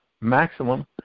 maximum